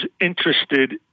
interested